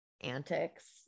antics